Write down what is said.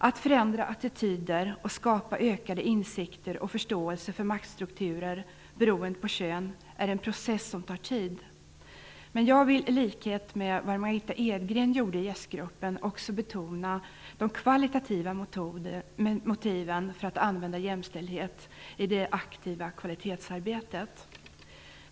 Att förändra attityder och skapa ökad insikt och förståelse för maktstrukturer beroende på kön är en process som tar tid. Men jag vill, i likhet med det Margitta Edgren gjorde i Jäst-gruppen, också betona de kvalitativa motiven för att använda jämställdhet i det aktiva kvalitetsarbetet.